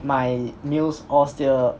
my meals all still